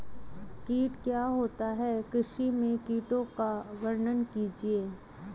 कीट क्या होता है कृषि में कीटों का वर्णन कीजिए?